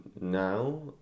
now